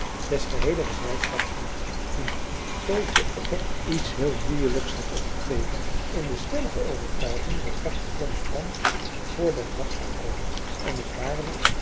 des geheelen gezelschaps niet toen toosje opper iets heel moeielijks had opgegeven in de stellige overtuiging dat bartje bloms pand voor den dag zou komen en het waarlijk